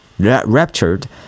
raptured